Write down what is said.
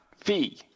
fee